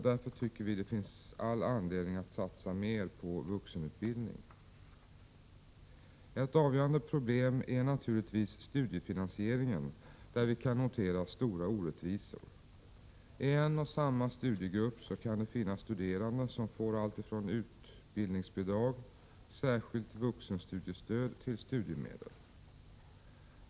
Därför tycker vi att det finns all anledning att satsa mer på vuxenutbildning. Ett avgörande problem är naturligtvis studiefinansieringen, där vi kan notera stora orättvisor. I en och samma studiegrupp kan det finnas studerande som får alltifrån utbildningsbidrag, särskilt vuxenstudiestöd till studiemedel.